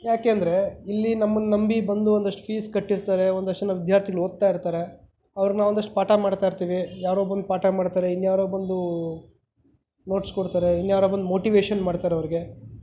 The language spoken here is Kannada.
ಏಕೆಂದ್ರೆ ಇಲ್ಲಿ ನಮ್ಮನ್ನು ನಂಬಿ ಬಂದು ಒಂದಷ್ಟು ಫೀಸ್ ಕಟ್ಟಿರ್ತಾರೆ ಒಂದಷ್ಟು ಜನ ವಿದ್ಯಾರ್ಥಿಗಳು ಓದ್ತಾಯಿರ್ತಾರೆ ಅವ್ರನ್ನು ಒಂದಷ್ಟು ಪಾಠ ಮಾಡ್ತಾಯಿರ್ತೀವಿ ಯಾರೋ ಬಂದು ಪಾಠ ಮಾಡ್ತಾರೆ ಇನ್ಯಾರೋ ಬಂದು ನೋಟ್ಸ್ ಕೊಡ್ತಾರೆ ಇನ್ಯಾರೋ ಬಂದು ಮೋಟಿವೇಷನ್ ಮಾಡ್ತಾರೆ ಅವರಿಗೆ